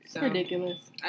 Ridiculous